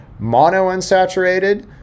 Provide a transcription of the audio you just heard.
monounsaturated